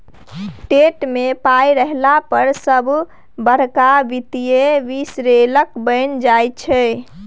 TET मे पाय रहला पर सभ बड़का वित्तीय विश्लेषक बनि जाइत छै